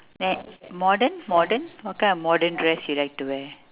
then modern modern what kind of modern dress you like to wear